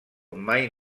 mai